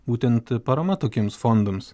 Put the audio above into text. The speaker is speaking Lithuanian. būtent paramą tokiems fondams